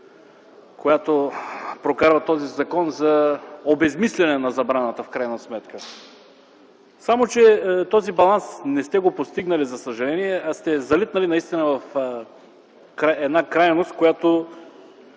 която се прокарва с този закон, за фк на забраната в крайна сметка, само че този баланс не сте го постигнали, за съжаление. Залитнали сте наистина в една крайност, която